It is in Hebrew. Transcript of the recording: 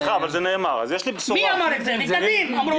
אמרת את זה בלשונך.